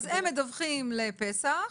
אז הם מדווחים לפס"ח.